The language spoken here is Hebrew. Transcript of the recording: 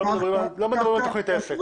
אנחנו לא מדברים על תוכנית עסק.